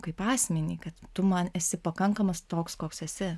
kaip asmenį kad tu man esi pakankamas toks koks esi